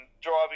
Driving